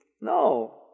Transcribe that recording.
No